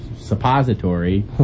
suppository